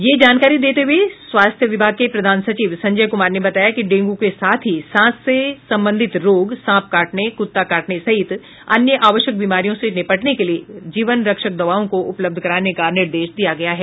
ये जानकारी देते हुये स्वास्थ्य विभाग के प्रधान सचिव संजय कुमार ने बताया कि डेंगू के साथ ही सांस से संबंधित रोग सांप काटने कुत्ता काटने सहित अन्य आवश्यक बीमारियों से निपटने के लिये जीवन रक्षक दवाओं को उपलब्ध कराने का निर्देश दिया गया है